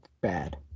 bad